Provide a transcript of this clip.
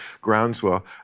groundswell